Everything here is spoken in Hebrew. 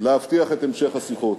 להבטיח את המשך השיחות.